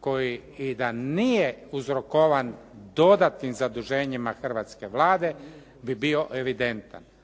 koji, i da nije uzrokovan dodatnim zaduženjima hrvatske Vlade bi bio evidentan